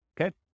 Okay